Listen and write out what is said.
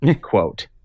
Quote